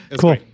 Cool